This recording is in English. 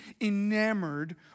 enamored